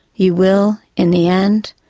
you will, in the end,